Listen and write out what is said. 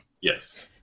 Yes